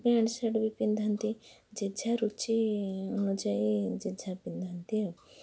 pant shirt ବି ପିନ୍ଧନ୍ତି ଯେଝା ରୁଚି ଅନୁଯାୟୀ ଯେଝା ପିନ୍ଧନ୍ତି ଆଉ